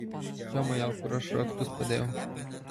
jomajo kur aš raktus padėjau